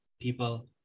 people